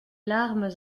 larmes